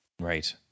Right